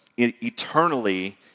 eternally